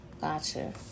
gotcha